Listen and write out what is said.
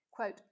Quote